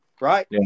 Right